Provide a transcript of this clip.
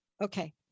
Okay